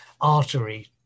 artery